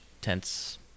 tense